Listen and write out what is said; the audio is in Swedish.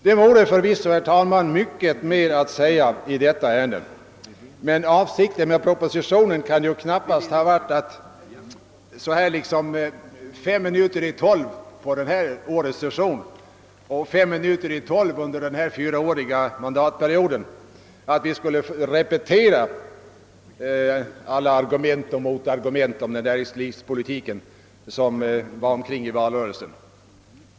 Det vore förvisso, herr talman, mycket mer att säga i detta ärende, men avsikten med propositionen kan ju knappast ha varit att vi liksom fem minuter i tolv på detta års session och fem minuter i tolv under denna fyraåriga mandatperiod skulle repetera alla argument och motargument om näringspolitiken som framfördes i valrörelsen.